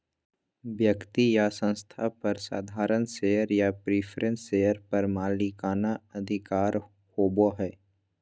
व्यक्ति या संस्था पर साधारण शेयर या प्रिफरेंस शेयर पर मालिकाना अधिकार होबो हइ